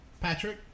Patrick